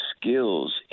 skills